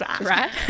right